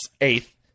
eighth